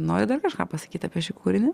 nori dar kažką pasakyt apie šį kūrinį